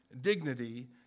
dignity